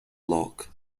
lock